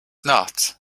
not